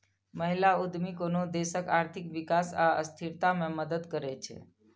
महिला उद्यमी कोनो देशक आर्थिक विकास आ स्थिरता मे मदति करै छै